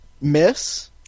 Miss